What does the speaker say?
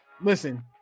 listen